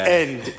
end